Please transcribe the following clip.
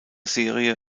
serie